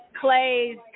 Clay's